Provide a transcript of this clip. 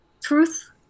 truth